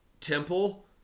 Temple